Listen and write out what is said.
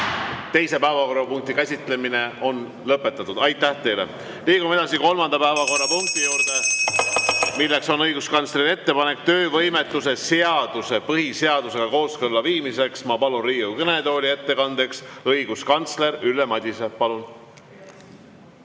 Teise päevakorrapunkti käsitlemine on lõpetatud. Liigume edasi kolmanda päevakorrapunkti juurde, milleks on õiguskantsleri ettepanek töövõimetoetuse seaduse põhiseadusega kooskõlla viimiseks. Ma palun Riigikogu kõnetooli ettekandeks õiguskantsler Ülle Madise. Palun!